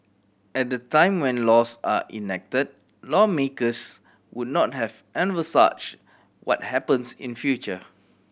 at the time when laws are enacted lawmakers would not have envisage what happens in future